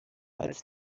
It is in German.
als